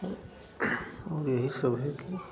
और यही सब है कि